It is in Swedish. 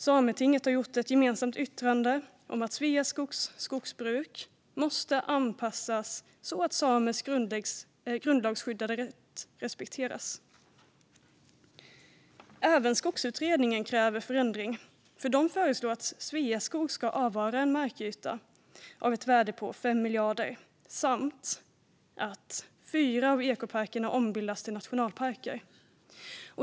Sametinget har gjort ett gemensamt yttrande om att Sveaskogs skogsbruk måste anpassas så att samers grundlagsskyddade rätt respekteras. Även Skogsutredningen kräver förändring. Utredningen föreslår att Sveaskog avvarar en markyta till ett värde av 5 miljarder samt att fyra av ekoparkerna ombildas till nationalparker.